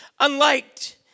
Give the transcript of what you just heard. unliked